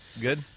Good